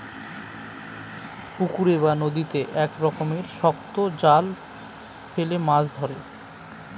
পুকুরে বা নদীতে এক রকমের শক্ত জাল ফেলে মাছ ধরে